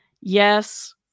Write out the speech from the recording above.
yes